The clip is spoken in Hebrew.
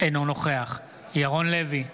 אינו נוכח ירון לוי,